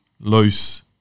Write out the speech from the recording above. loose